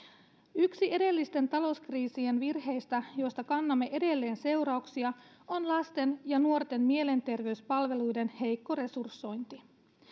yksi edellisten talouskriisien virheistä joista kannamme edelleen seurauksia on lasten ja nuorten mielenterveyspalveluiden heikko resursointi